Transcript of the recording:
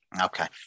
Okay